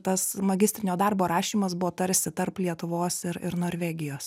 tas magistrinio darbo rašymas buvo tarsi tarp lietuvos ir ir norvegijos